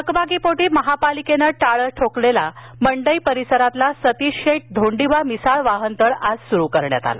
थकबाकीपोटी महापालिकेनं टाळं ठोकलेला मंडई परिसरातील सतीशशेठ धोंडीबा मिसाळ वाहनतळ आज सुरु करण्यात आला